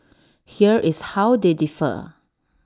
here is how they differ